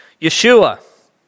Yeshua